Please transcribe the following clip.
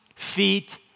Feet